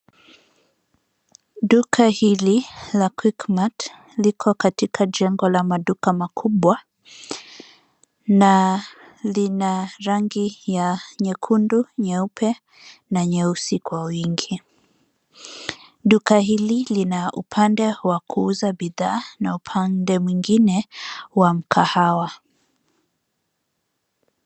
Duka hili la quickmart, liko katika jengo la maduka makubwa na lina rangi ya nyekundu, nyeupe na nyeusi kwa wingi. Duka hili lina upande wa kuuza bidhaa, na upande mwingine wa mkahawa.